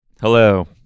Hello